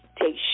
Take